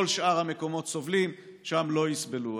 כל שאר המקומות סובלים, שם לא יסבלו.